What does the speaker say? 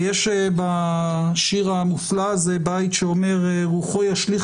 ויש בשיר המופלא הזה בית שאומר: "רוחו ישליך